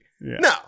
no